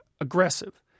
aggressive